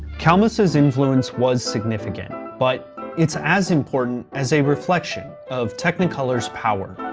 kalmus's influence was significant, but it's as important as a reflection of technicolor's power.